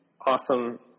awesome